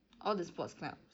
all the sports clubs